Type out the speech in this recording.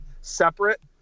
separate